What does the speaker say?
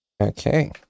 Okay